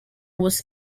was